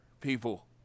people